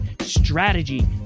Strategy